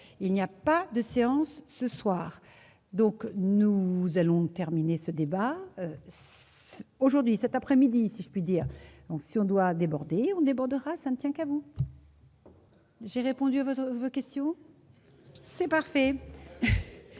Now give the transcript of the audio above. il n'y a pas de séance ce soir donc, nous vous allons terminer ce débat c'est aujourd'hui cet après-midi, si je puis dire, donc si on doit déborder on débordera ça ne tient qu'à vous. J'ai répondu à votre votre question, c'est parfait,